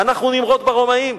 אנחנו נמרוד ברומאים,